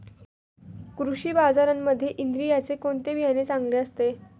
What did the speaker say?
कृषी बाजारांमध्ये इंद्रायणीचे कोणते बियाणे चांगले असते?